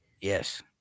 yes